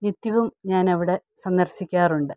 നിത്യവും ഞാൻ ഇവിടെ സന്ദർശിക്കാറുണ്ട്